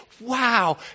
Wow